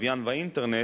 הלוויין והאינטרנט,